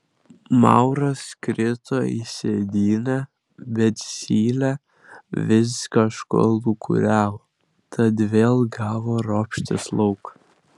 mauras krito į sėdynę bet zylė vis kažko lūkuriavo tad vėl gavo ropštis lauk